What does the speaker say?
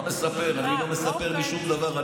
מה לספר, אני לא מספר שום דבר.